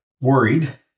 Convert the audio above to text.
Worried